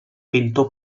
pintor